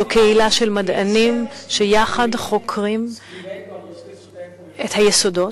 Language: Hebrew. זו קהילה של מדענים שיחד חוקרים את היסודות,